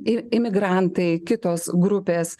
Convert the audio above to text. ir imigrantai kitos grupės